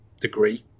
degree